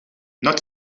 not